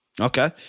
Okay